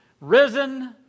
Risen